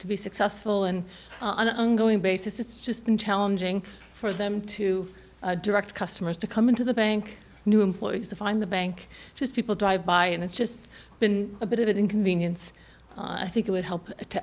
to be successful in an ongoing basis it's just been challenging for them to direct customers to come in to the bank new employees to find the bank just people drive by and it's just been a bit of an inconvenience i think it would help to